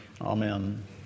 Amen